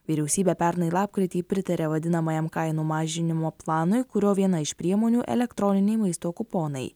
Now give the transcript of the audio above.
vyriausybė pernai lapkritį pritarė vadinamajam kainų mažinimo planui kurio viena iš priemonių elektroniniai maisto kuponai